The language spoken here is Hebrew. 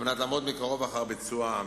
על מנת לעמוד מקרוב אחר ביצוע ההמלצות.